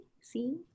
see